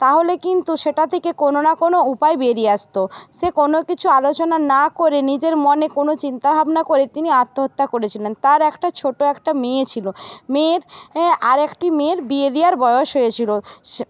তাহলে কিন্তু সেটা থেকে কোনও না কোনও উপায় বেরিয়ে আসত সে কোনও কিছু আলোচনা না করে নিজের মনে কোনও চিন্তাভাবনা করে তিনি আত্মহত্যা করেছিলেন তার একটা ছোট একটা মেয়ে ছিল মেয়ের আরেকটি মেয়ের বিয়ে দেওয়ার বয়স হয়েছিল